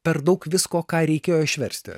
per daug visko ką reikėjo išversti